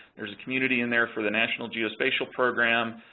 there's community in there for the national geospatial program,